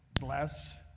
bless